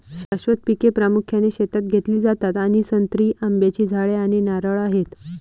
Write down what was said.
शाश्वत पिके प्रामुख्याने शेतात घेतली जातात आणि संत्री, आंब्याची झाडे आणि नारळ आहेत